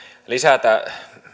lisätä